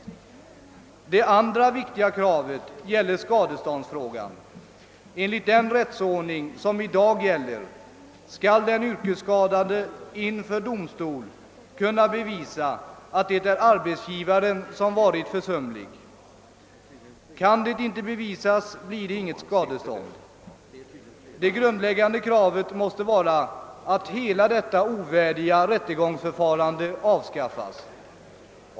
Det andra viktiga kravet avser skadeståndsfrågan. Enligt den rättsordning som i dag gäller skall den yrkesskada de inför domstol kunna bevisa att det är arbetsgivaren som varit försumlig. Kan det inte bevisas, blir det inget skadestånd. Det grundläggande kravet måste vara att hela detta ovärdiga rättegångsförfarande avskaffas.